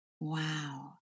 wow